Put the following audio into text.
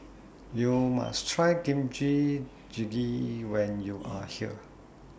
YOU must Try Kimchi Jjigae when YOU Are here